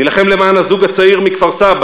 נילחם למען הזוג הצעיר מכפר-סבא,